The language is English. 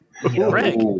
Greg